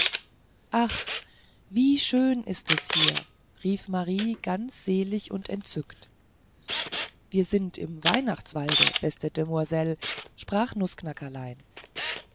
ach wie schön ist es hier rief marie ganz selig und entzückt wir sind im weihnachtswalde beste demoiselle sprach